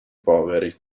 poveri